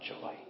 joy